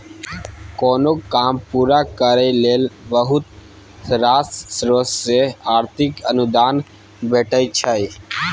कोनो काम पूरा करय लेल बहुत रास स्रोत सँ आर्थिक अनुदान भेटय छै